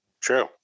True